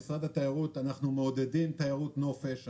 במשרד התיירות אנחנו מעודדים תיירות נופש.